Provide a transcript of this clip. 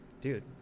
dude